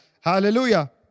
Hallelujah